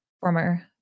former